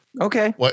okay